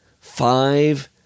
five